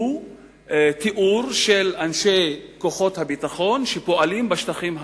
הוא תיאור של אנשי כוחות הביטחון שפועלים בשטחים הכבושים.